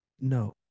no